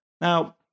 Now